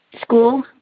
school